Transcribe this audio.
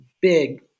big